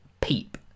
PEEP